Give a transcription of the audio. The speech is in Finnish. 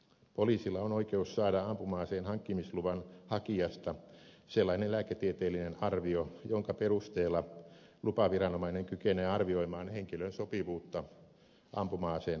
poliisilla on oikeus saada ampuma aseen hankkimisluvan hakijasta sellainen lääketieteellinen arvio jonka perusteella lupaviranomainen kykenee arvioimaan henkilön sopivuutta ampuma aseen hallussapitämiseen